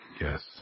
Yes